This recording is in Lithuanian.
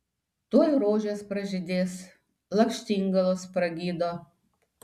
tuoj rožės pražydės lakštingalos pragydo